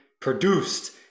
produced